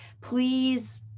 Please